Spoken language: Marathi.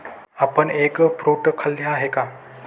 आपण एग फ्रूट खाल्ले आहे का?